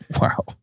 Wow